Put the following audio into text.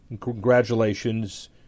Congratulations